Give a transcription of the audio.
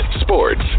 sports